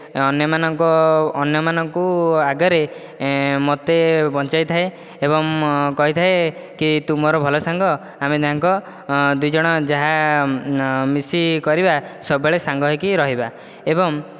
ଅନ୍ୟମାନଙ୍କ ଅନ୍ୟମାନଙ୍କୁ ଆଗରେ ମୋତେ ବଞ୍ଚାଇଥାଏ ଏବଂ କହିଥାଏ କି ତୁ ମୋ'ର ଭଲ ସାଙ୍ଗ ଆମେ ଦିହେଁଯାକ ଦୁଇଜଣ ଯାହା ମିଶି କରିବା ସବୁବେଳେ ସାଙ୍ଗ ହୋଇକି ରହିବା ଏବଂ